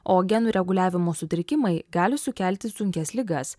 o genų reguliavimo sutrikimai gali sukelti sunkias ligas